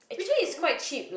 which I